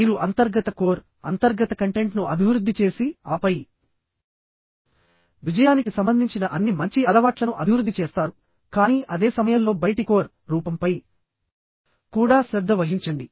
మీరు అంతర్గత కోర్ అంతర్గత కంటెంట్ను అభివృద్ధి చేసి ఆపై విజయానికి సంబంధించిన అన్ని మంచి అలవాట్లను అభివృద్ధి చేస్తారు కానీ అదే సమయంలో బయటి కోర్ రూపంపై కూడా శ్రద్ధ వహించండి